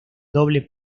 doble